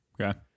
Okay